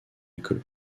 école